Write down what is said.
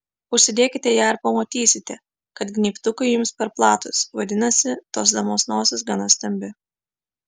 užsidėkite ją ir pamatysite kad gnybtukai jums per platūs vadinasi tos damos nosis gana stambi